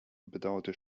bedauerte